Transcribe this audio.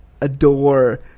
adore